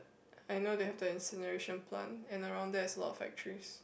I know they have the incineration plant and around there is a lot of factories